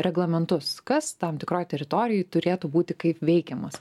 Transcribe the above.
reglamentus kas tam tikroj teritorijoj turėtų būti kaip veikiamas